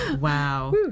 Wow